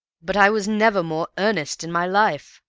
but i was never more earnest in my life.